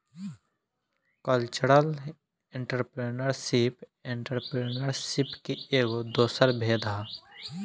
cultural entrepreneurship entrepreneurship के एगो दोसर भेद ह